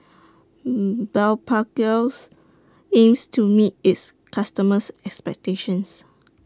Blephagel aims to meet its customers' expectations